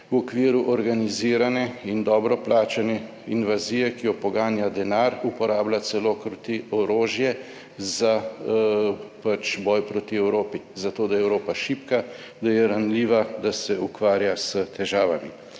v okviru organizirane in dobro plačane invazije, ki jo poganja denar, uporablja, celo kroti orožje za boj proti Evropi, za to, da je Evropa šibka, da je ranljiva, da se ukvarja s težavami.